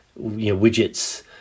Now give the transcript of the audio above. widgets